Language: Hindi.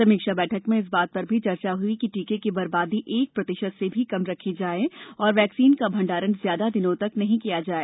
समीक्षा बैठक में इस बात पर भी चर्चा हुई कि टीके की बर्बादी एक प्रतिशत से भी कम रखी जाए और वैक्सीन का भंडारण ज्यादा दिनों तक नहीं किया जाए